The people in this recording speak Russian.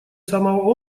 самого